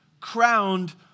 crowned